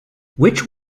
which